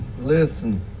listen